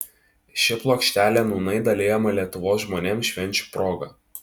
ši plokštelė nūnai dalijama lietuvos žmonėms švenčių proga